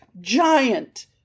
giant